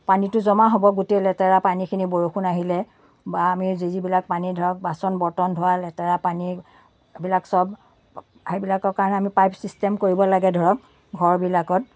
পানীটো জমা হ'ব গোটেই লেতেৰা পানীখিনি বৰষুণ আহিলে বা আমি যি যিবিলাক পানী ধৰক বাচন বৰ্তন ধোৱা লেতেৰা পানী এইবিলাক চব সেইবিলাকৰ কাৰণে আমি পাইপ ছিষ্টেম কৰিব লাগে ধৰক ঘৰবিলাকত